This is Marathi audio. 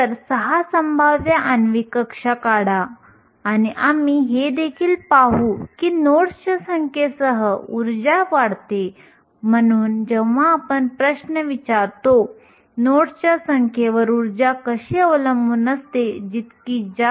तर 0 केल्विन पेक्षा जास्त तापमानावर आपल्याकडे वाहक बँड आणि छिद्रांमध्ये इलेक्ट्रॉन असतात जे इलेक्ट्रॉन व्हॅलेन्स बँडमध्ये उपलब्ध नसतात